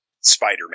Spider-Man